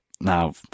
Now